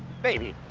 baby,